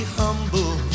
humble